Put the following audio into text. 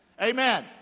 Amen